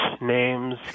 names